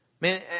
Man